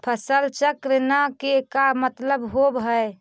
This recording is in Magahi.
फसल चक्र न के का मतलब होब है?